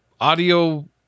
audio